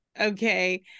Okay